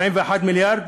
41 מיליארד,